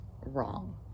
wrong